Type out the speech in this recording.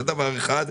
זה דבר אחד,